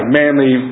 manly